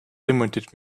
limited